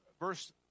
Verse